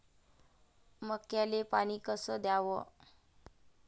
मक्याले पानी कस द्याव?